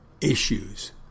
issues